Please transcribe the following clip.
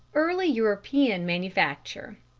early european manufacture.